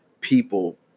people